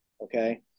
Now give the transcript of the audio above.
okay